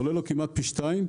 עולה לו כמעט פי שתיים.